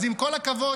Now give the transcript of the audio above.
אז עם כל הכבוד,